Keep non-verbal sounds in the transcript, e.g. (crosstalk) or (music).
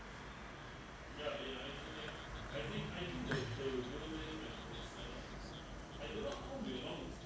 (noise)